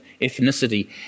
ethnicity